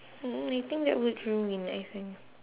no I think that would ruin I think